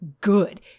good